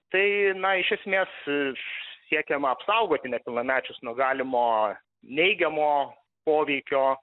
tai na iš esmės siekiama apsaugoti nepilnamečius nuo galimo neigiamo poveikio